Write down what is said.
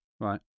Right